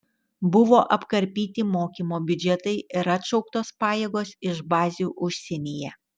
buvo apkarpyti mokymo biudžetai ir atšauktos pajėgos iš bazių užsienyje